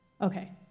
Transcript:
Okay